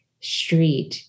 street